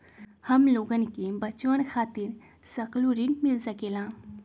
हमलोगन के बचवन खातीर सकलू ऋण मिल सकेला?